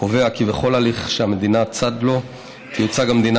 קובע כי בכל הליך שהמדינה צד לו תיוצג המדינה